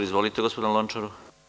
Izvolite, gospodine Lončar.